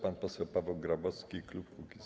Pan poseł Paweł Grabowski, klub Kukiz’15.